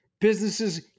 Businesses